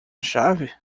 chave